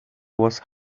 was